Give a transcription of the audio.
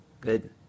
Good